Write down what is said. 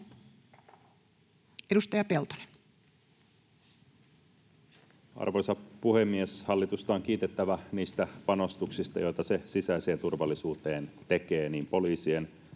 Edustaja Peltonen. Arvoisa puhemies! Hallitusta on kiitettävä niistä panostuksista, joita se sisäiseen turvallisuuteen tekee niin poliisien,